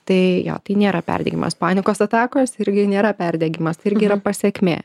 tai jo tai nėra perdegimas panikos atakos irgi nėra perdegimas tai irgi yra pasekmė